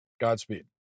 Godspeed